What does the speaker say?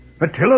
Attila